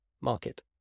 market